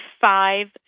five